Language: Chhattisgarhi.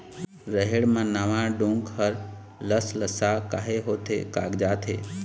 रहेड़ म नावा डोंक हर लसलसा काहे होथे कागजात हे?